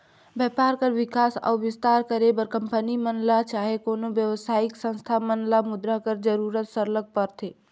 बयपार कर बिकास अउ बिस्तार करे बर कंपनी मन ल चहे कोनो बेवसायिक संस्था मन ल मुद्रा कर जरूरत सरलग परथे